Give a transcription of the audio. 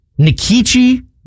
Nikichi